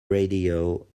radio